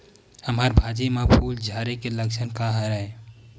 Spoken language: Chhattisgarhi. हमर भाजी म फूल झारे के लक्षण का हरय?